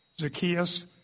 Zacchaeus